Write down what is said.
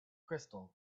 crystal